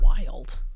Wild